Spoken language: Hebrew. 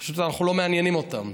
פשוט אנחנו לא מעניינים אותם.